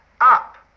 up